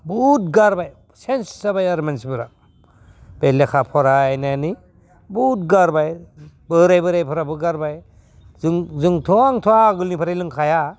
बहुद गारबाय चेन्ज जाबाय आरो मानसिफ्रा बे लेखा फरायनायनि गारबाय बोराइ बोराइ फोराबो गारबाय जोंथ' आंथ' आगोलनिफ्राय लोंखाया